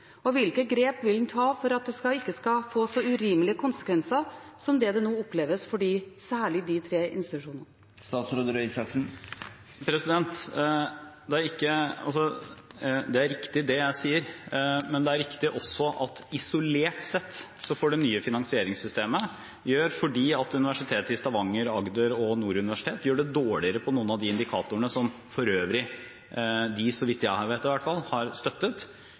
og hvilke grep vil en ta for at det ikke skal få så urimelige konsekvenser som det nå oppleves særlig for de tre institusjonene? Det er riktig det jeg sier, men det er også riktig at isolert sett gjør det nye finansieringssystemet, fordi Universitetet i Stavanger og i Agder og Nord universitet gjør det dårligere på noen av indikatorene, som de for øvrig – så vidt jeg vet iallfall – har støttet,